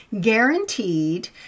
Guaranteed